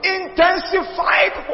intensified